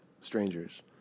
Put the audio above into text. strangers